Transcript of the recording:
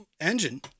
engine